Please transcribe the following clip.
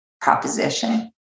proposition